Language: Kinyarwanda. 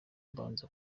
mbanza